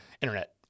internet